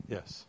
Yes